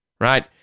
right